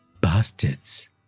Bastards